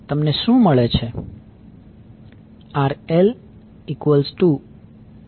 તમને શું મળે છે